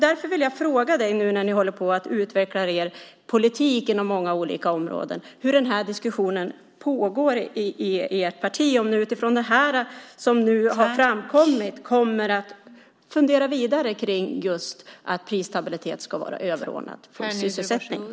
Därför vill jag fråga dig, nu när ni håller på att utveckla er politik inom många olika områden, hur diskussionen pågår i ert parti. Kommer ni utifrån det som nu har framkommit att fundera vidare kring att prisstabiliteten ska vara överordnad den fulla sysselsättningen?